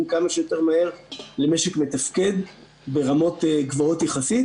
כמה שיותר מהר למשק מתפקד ברמות גבוהות יחסית.